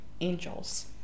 angels